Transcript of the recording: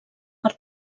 per